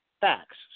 facts